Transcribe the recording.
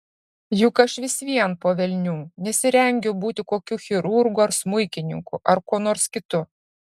juk aš vis vien po velnių nesirengiu būti kokiu chirurgu ar smuikininku ar kuo nors kitu